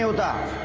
so done